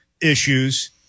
issues